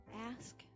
Ask